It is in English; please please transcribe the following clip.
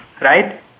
right